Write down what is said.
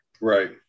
right